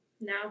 No